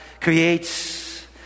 creates